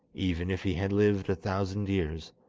even if he had lived a thousand years.